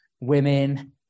women